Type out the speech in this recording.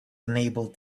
unable